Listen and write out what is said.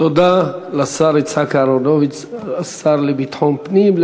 תודה לשר יצחק אהרונוביץ, השר לביטחון הפנים.